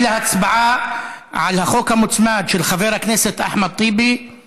הוחלט להעביר אותה לקריאה שנייה ושלישית לוועדת החינוך.